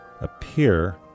appear